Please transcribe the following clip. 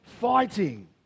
fighting